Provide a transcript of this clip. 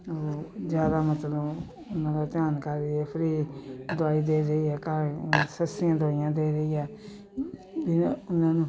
ਓ ਜ਼ਿਆਦਾ ਮਤਲਬ ਉਨ੍ਹਾਂ ਦਾ ਧਿਆਨ ਕਰ ਰਹੀ ਹੈ ਫ੍ਰੀ ਦਵਾਈ ਦੇ ਰਹੀ ਹੈ ਘਰ ਸਸਤੀਆਂ ਦਵਾਈਆਂ ਦੇ ਰਹੀ ਹੈ ਜਿਹਨਾਂ ਉਨ੍ਹਾਂ ਨੂੰ